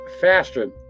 faster